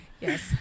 Yes